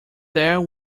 there